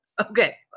Okay